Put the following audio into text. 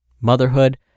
motherhood